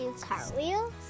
cartwheels